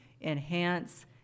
enhance